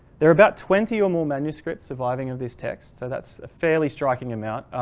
there are about twenty or more manuscripts surviving of this text. so that's a fairly striking amount.